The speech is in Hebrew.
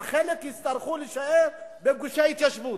אבל חלק יצטרכו להישאר בגושי ההתיישבות.